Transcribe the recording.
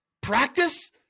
practice